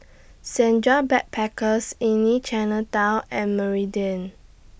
Senja Backpackers Inn Chinatown and Meridian